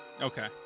Okay